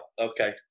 Okay